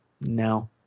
no